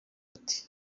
ati